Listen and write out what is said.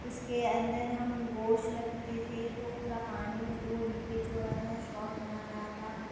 اس کے اندر ہم گوشت رکھتے تھے تو پورا پانی وہ لیکیج ہو رہا تھا شاٹ مار رہا تھا